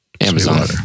amazon